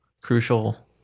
crucial